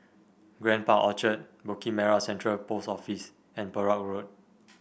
Grand Park Orchard Bukit Merah Central Post Office and Perak Road